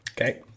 Okay